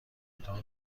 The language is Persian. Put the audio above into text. اتاق